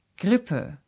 Grippe